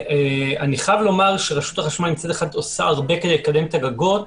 אני חייב לומר שרשות החשמל מצד אחד עושה הרבה כדי לקדם את הגגות,